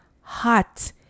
hot